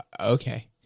Okay